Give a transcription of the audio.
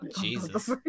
Jesus